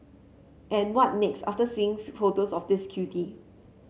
and what next after seeing photos of this cutie